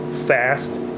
fast